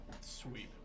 Sweet